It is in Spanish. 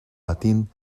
latín